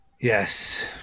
Yes